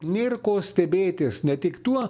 ner ko stebėtis ne tik tuo